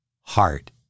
heart